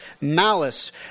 malice